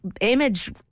image